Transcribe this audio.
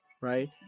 right